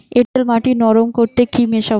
এঁটেল মাটি নরম করতে কি মিশাব?